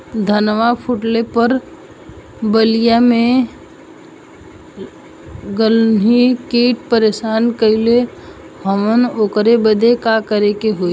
धनवा फूटले पर बलिया में गान्ही कीट परेशान कइले हवन ओकरे बदे का करे होई?